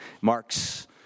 Mark's